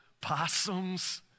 Possums